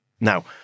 Now